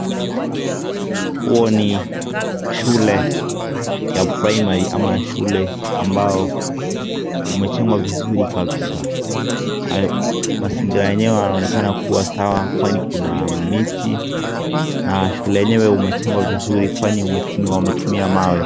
Huu ni shule ya primary ama shule ambao umejengwa vizuri kabisa. Mazingira yenyewe yanaonekana kuwa sawa kwani kuna miti na shule yenyewe umejengwa vizuri kwani wametumia mawe.